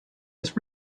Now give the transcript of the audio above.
his